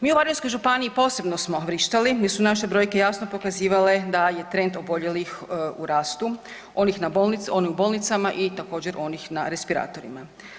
Mi u Varaždinskoj županiji posebno smo vrištali jer su naše brojke jasno pokazivale da je trend oboljelih u rastu, onih u bolnicama i također onih na respiratorima.